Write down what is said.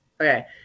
Okay